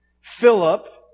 Philip